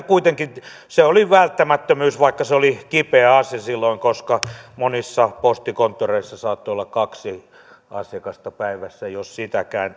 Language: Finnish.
kuitenkin välttämättömyys vaikka se oli kipeä asia silloin koska monissa postikonttoreissa saattoi olla kaksi asiakasta päivässä jos sitäkään